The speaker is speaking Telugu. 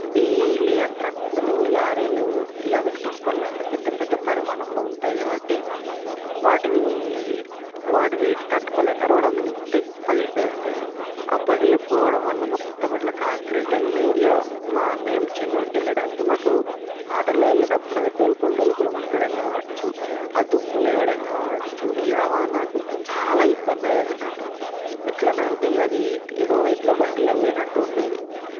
డైలీ ఆ ట్రక్కులు లారీలు ఇంక అవి టిప్పర్లు అంటే పెద్ద పెద్ద పరిమాణంలో ఉంటాయి కాబట్టి వాటిని వాటి వెయిట్ తట్టుకోలేక రోడ్డు అంతా పగిలిపోయేదన్నట్టు ఆ పగిలిపోవడం వల్ల మొత్తం ఇట్లా కాంక్రీటెల్లి ఇగో మా మేం చెన్నూర్కి వెళ్ళడానికి మాకు ఆటోలో వెళ్ళేటప్పుడు అది డొలుకులు డొలుకులు ఉండడం కావచ్చు ఆ దుమ్ము లేవడం కావచ్చు ఈ రవాణాకు చాలా ఇబ్బంది అయ్యేది అన్నట్టు ఎట్లనంటే ఇక అది ఏదో ఎడ్ల బండిలో పోయినట్టు ఉండేది